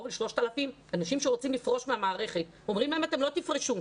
קרוב ל-3,000 אנשים שרוצים לפרוש מהמערכת ואומרים להם: אתם לא תפרשו,